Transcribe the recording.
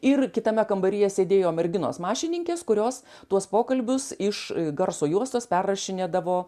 ir kitame kambaryje sėdėjo merginos mašininkės kurios tuos pokalbius iš garso juostos perrašinėdavo